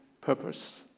purpose